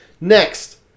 Next